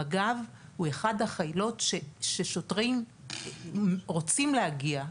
מג"ב הוא אחד החילות ששוטרים רוצים להגיע אליו,